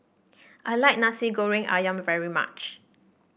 I like Nasi Goreng ayam very much